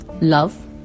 love